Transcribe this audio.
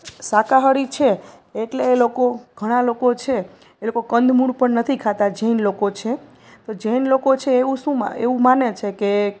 શાકાહારી છે એટલે એ લોકો ઘણાં લોકો છે એ લોકો કંદમૂળ પણ નથી ખાતાં જૈન લોકો છે તો જૈન લોકો છે એવું એવું માને છે કે